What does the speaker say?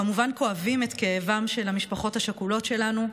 כמובן כואבים את כאבן של המשפחות השכולות שלנו,